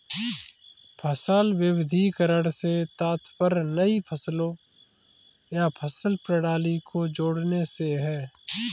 फसल विविधीकरण से तात्पर्य नई फसलों या फसल प्रणाली को जोड़ने से है